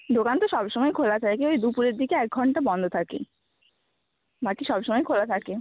দোকান তো সবসময় খোলা থাকে ওই দুপুরের দিকে এক ঘণ্টা বন্ধ থাকে বাকি সবসময় খোলা থাকে